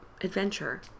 adventure